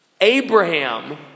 Abraham